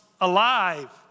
alive